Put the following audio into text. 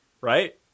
right